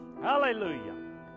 Hallelujah